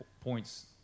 points